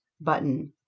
button